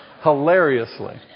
Hilariously